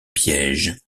piège